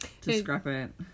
discrepant